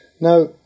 Now